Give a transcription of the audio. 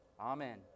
amen